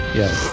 yes